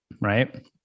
right